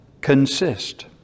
consist